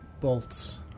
bolts